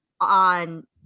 on